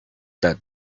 that